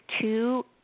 two